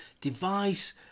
device